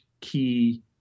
key